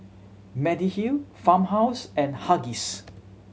Mediheal Farmhouse and Huggies